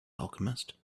alchemist